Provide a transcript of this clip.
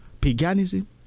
paganism